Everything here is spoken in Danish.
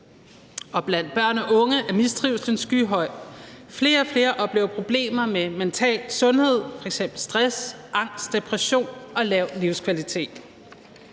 blandt børn og unge er mistrivslen skyhøj. Flere og flere oplever problemer med mental sundhed, f.eks. stress, angst, depression og lav livskvalitet.